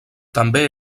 també